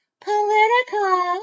political